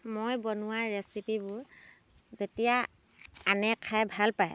মই বনোৱা ৰেচিপিবোৰ যেতিয়া আনে খাই ভাল পায়